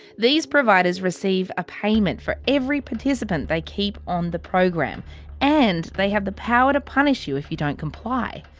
these providers receive a payment for every participant they keep on the program and they have the power to punish you if you don't comply.